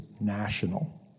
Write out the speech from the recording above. national